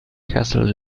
castle